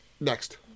Next